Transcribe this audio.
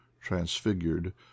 TRANSFIGURED